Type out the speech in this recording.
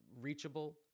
reachable